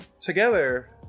together